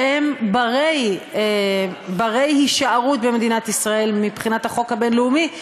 שהם בני-הישארות במדינת ישראל מבחינת החוק הבין-לאומי,